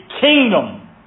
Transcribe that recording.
kingdom